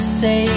say